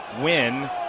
Win